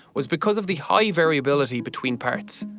was because of the high variability between parts.